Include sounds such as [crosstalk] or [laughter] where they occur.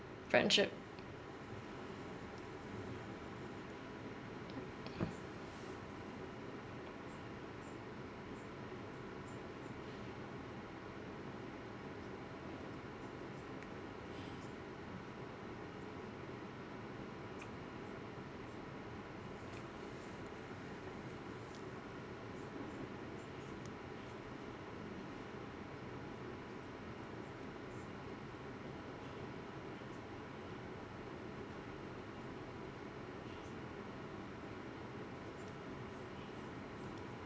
friendship [breath]